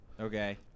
Okay